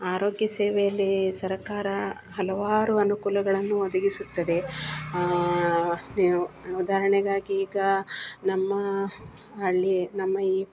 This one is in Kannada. ಆರೋಗ್ಯ ಸೇವೆಯಲ್ಲಿ ಸರಕಾರ ಹಲವಾರು ಅನುಕೂಲಗಳನ್ನು ಒದಗಿಸುತ್ತದೆ ನೀವು ಉದಾರಣೆಗಾಗಿ ಈಗ ನಮ್ಮ ಹಳ್ಳಿ ನಮ್ಮ ಈ